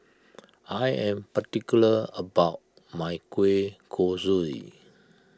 I am particular about my Kueh Kosui